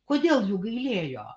kodėl jų gailėjo